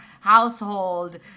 household